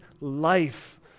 life